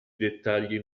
dettagli